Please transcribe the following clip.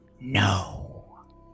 No